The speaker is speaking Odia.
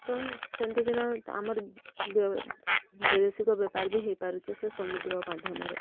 ତ ସେମିତିକିନା ଆମର ବୈଦେଶିକ ବେପାର ବି ହେଇପାରୁଛେ ସେ ସମୁଦ୍ର ମାଧ୍ୟମରେ